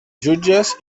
jutges